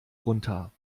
runter